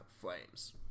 flames